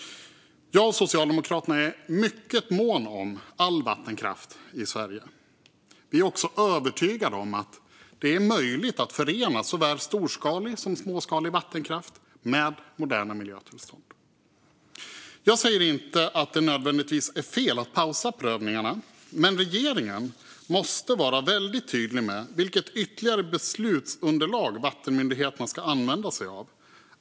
Jag och Socialdemokraterna är mycket måna om all vattenkraft i Sverige. Vi är också övertygade om att det är möjligt att förena såväl storskalig som småskalig vattenkraft med moderna miljötillstånd. Jag säger inte att det nödvändigtvis är fel att pausa prövningarna, men regeringen måste vara väldigt tydlig med vilket ytterligare beslutsunderlag vattenmyndigheterna ska använda sig av.